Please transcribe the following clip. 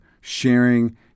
sharing